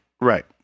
Right